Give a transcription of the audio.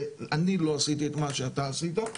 אני לא עשיתי את מה שאתה עשית.